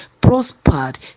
prospered